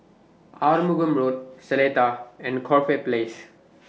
Arumugam Road Seletar and Corfe Place